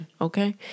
Okay